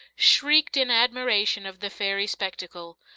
shrieked in admiration of the fairy spectacle.